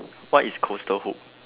what is coastal hook